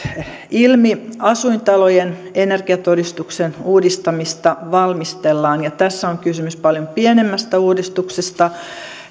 ilmi asuintalojen energiatodistuksen uudistamista valmistellaan ja tässä on kysymys paljon pienemmästä uudistuksesta